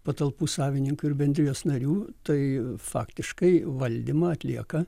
patalpų savininkų ir bendrijos narių tai faktiškai valdymą atlieka